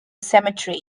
cemetery